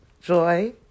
joy